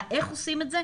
איך עושים את זה,